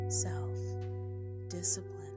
self-discipline